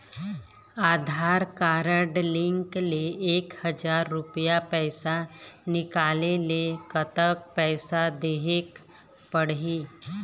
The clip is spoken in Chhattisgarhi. आधार कारड लिंक ले एक हजार रुपया पैसा निकाले ले कतक पैसा देहेक पड़ही?